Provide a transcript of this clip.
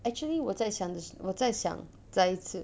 actually 我在想的是我在想再一次